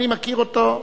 אני מכיר אותו,